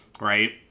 right